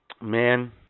Man